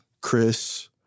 Chris